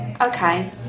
okay